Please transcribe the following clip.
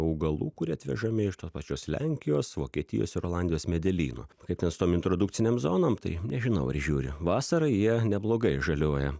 augalų kurie atvežami iš tos pačios lenkijos vokietijos ir olandijos medelynų kaip ten su tom introdukcinėm zonom tai nežinau ar žiūri vasarą jie neblogai žaliuoja